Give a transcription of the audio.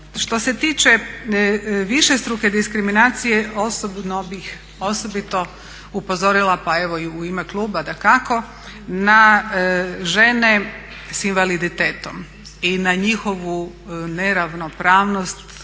Što se tiče višestruke diskriminacije osobno bih osobito upozorila pa evo i u ime kluba dakako na žene s invaliditetom i na njihovu neravnopravnost